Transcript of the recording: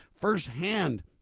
firsthand